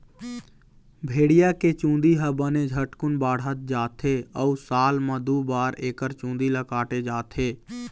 भेड़िया के चूंदी ह बने झटकुन बाढ़त जाथे अउ साल म दू बार एकर चूंदी ल काटे जाथे